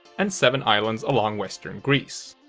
and seven islands along western greece.